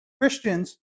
Christians